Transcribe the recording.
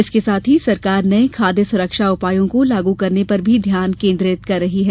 इसके साथ ही सरकार नये खाद्य सुरक्षा उपायों को लागू करने पर भी ध्यान केन्द्रित कर रही है